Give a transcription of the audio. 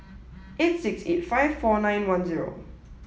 eight six eight five four nine one zero